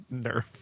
nerf